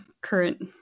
current